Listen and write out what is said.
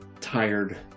tired